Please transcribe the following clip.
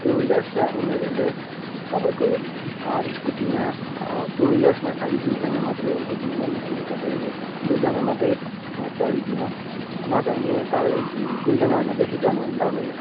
to wheelers छ उनीहरूले तपाईँको स्कुटीमा टु विलर्समा खाली दुईजना मात्रै हो बोक्नुपर्ने अनि तपाईँहरू दुईजना मात्रै चढिदिनुहोस् नत्र भने तपाईँ दुईजनाभन्दा बेसी चढनु भयो भने तपाईँ